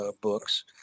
books